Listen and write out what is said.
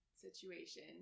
situation